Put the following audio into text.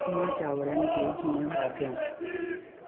मां चांवरनि खे कीअं ॿाफियां